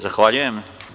Zahvaljujem.